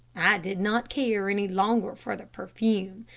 i did not care any longer for the perfume,